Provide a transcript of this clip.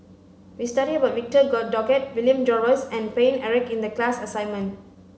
we studied about Victor Doggett William Jervois and Paine Eric in the class assignment